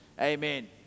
Amen